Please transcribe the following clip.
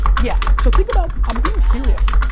yeah. so think about, i'm being serious.